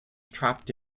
trapped